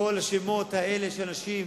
כל השמות האלה של אנשים,